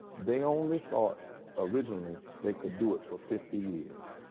they only thought originally they could do it for fifty years.